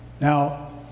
Now